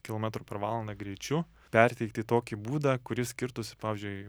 kilometrų per valandą greičiu perteikti tokį būdą kuris skirtųsi pavyzdžiui